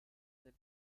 del